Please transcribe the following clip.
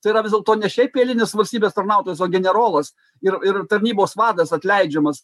tai yra vis dėlto ne šiaip eilinis valstybės tarnautojas o generolas ir ir tarnybos vadas atleidžiamas